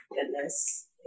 goodness